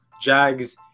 Jags